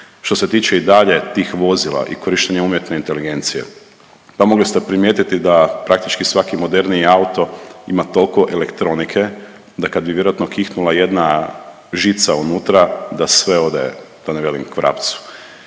Što se tiče i dalje tih vozila i korištenja umjetne inteligencije, pa mogli ste primijetiti da praktički svaki moderniji auto ima tolko elektronike da kad bi vjerojatno kihnula jedna žica unutra da sve ode da ne velik k vrapcu.